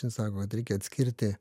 sako kad reikia atskirti